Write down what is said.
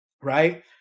Right